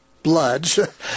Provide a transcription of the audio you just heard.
bloods